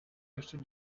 jeszcze